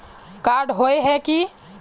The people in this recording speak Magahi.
कार्ड होय है की?